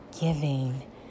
giving